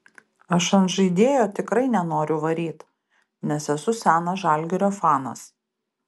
aš ant žaidėjo tikrai nenoriu varyt nes esu senas žalgirio fanas